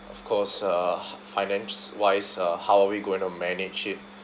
of course uh finance wise uh how are we going to manage it